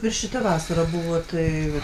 ir šita vasara buvo tai